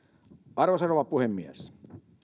arvoisa rouva puhemies